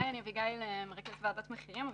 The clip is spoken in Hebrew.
מרכזת ועדת מחירים.